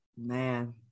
Man